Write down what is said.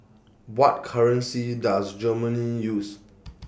What currency Does Germany use